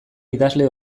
idazle